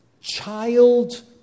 child